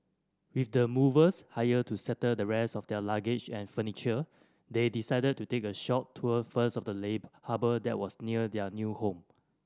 with the movers hired to settle the rest of their luggage and furniture they decided to take a short tour first of the late harbour that was near their new home